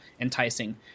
enticing